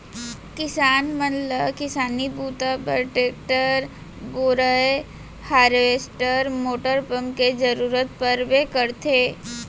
किसान मन ल किसानी बूता बर टेक्टर, बोरए हारवेस्टर मोटर पंप के जरूरत परबे करथे